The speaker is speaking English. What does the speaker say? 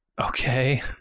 Okay